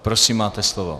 Prosím, máte slovo.